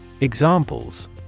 Examples